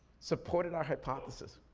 supported our hypothesis.